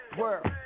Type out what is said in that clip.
world